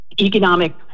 Economic